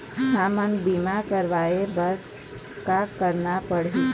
हमन बीमा कराये बर का करना पड़ही?